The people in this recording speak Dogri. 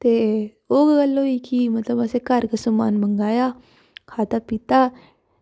ते ओह् ऑनलाईन असें घर गै समान मंगवाया खाद्धा पित्ता